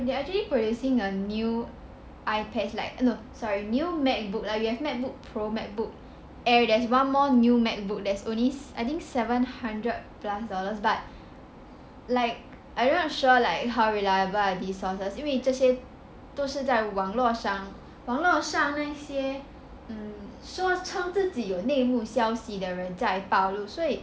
they are actually creating a new I pad sorry new macbook now you have macbook pro macbook air there's one more new macbook that's only I think seven hundred plus dollars but like I not sure like how reliable are these sources 因为这些都是在网络上网络上那些 um 说称自己有内幕消息的人在暴露所以